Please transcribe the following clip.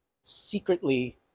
secretly